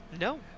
No